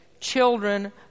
children